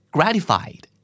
Gratified